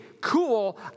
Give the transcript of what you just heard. cool